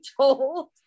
told